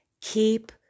keep